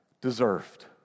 Deserved